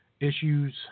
Issues